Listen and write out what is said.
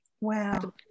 Wow